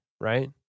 right